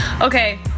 Okay